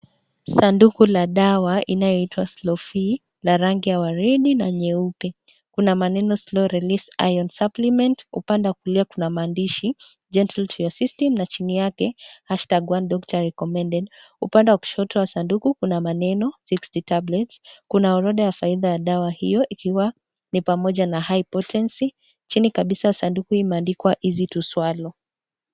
Sanduku la dawa, inayoitwa Slow Fe ,la rangi ya waridi na nyeupe. Kuna maneno slow release iron supplement ,upande wa kulia kuna maandishi gentle to your system na chini yake #1 doctor recommended . Upande wa kushoto wa sanduku, kuna maneno 60 tablets ,kuna orodha ya faida ya dawa hiyo, ikiwa ni pamoja na high potency ,chini kabisa sanduku imeandikwa easy to swallow .